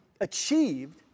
achieved